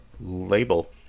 label